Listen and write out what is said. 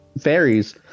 fairies